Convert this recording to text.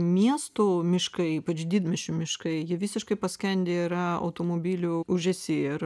miestų miškai ypač didmiesčių miškai jie visiškai paskendę yra automobilių ūžesy ir